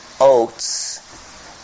oats